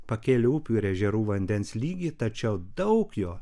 pakėlė upių ir ežerų vandens lygį tačiau daug jo